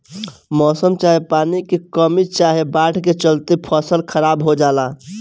मौसम चाहे पानी के कमी चाहे बाढ़ के चलते फसल खराब हो जला